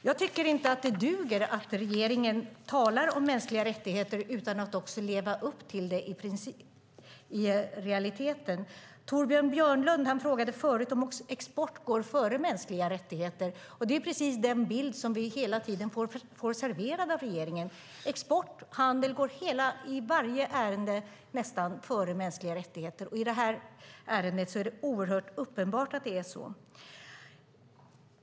Jag tycker inte att det duger att regeringen talar om mänskliga rättigheter utan att också leva upp till dem i realiteten. Torbjörn Björlund frågade förut om export går före mänskliga rättigheter. Det är den bild vi hela tiden får serverad av regeringen: Export och handel går i nästan varje ärende före mänskliga rättigheter. I det här ärendet är det uppenbart att det är så.